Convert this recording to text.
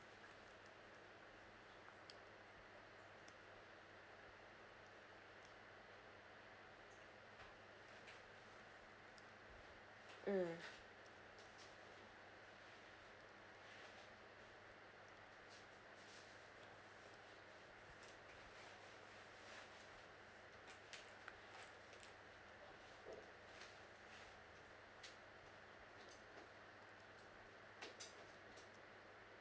mm